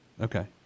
Okay